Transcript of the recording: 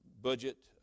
budget